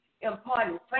important